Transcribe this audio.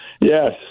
Yes